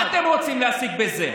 מה אתם רוצים להשיג בזה?